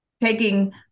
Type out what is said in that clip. taking